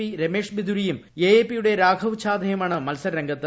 P Ramesh ബിദുരിയും A A പിയുടെ രാഘവ് ചാദ്ധയുമാണ് മത്സരരംഗത്ത്